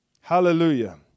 Hallelujah